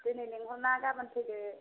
दिनै लिंहरला गाबोन फैदो